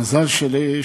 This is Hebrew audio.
המזל שלי,